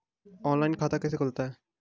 Online खाता कैसे खुलता है?